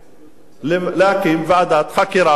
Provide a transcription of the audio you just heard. להקים ועדת חקירה פרלמנטרית,